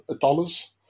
dollars